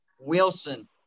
Wilson